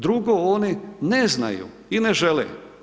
Drugo oni ne znaju i ne žele.